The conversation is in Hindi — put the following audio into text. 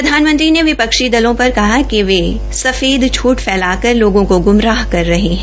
प्रधानमंत्री ने विपक्षी दलों पर कहा कि वे सफेद झूठ फैलाकर लोगों को ग्मराह कर रहे है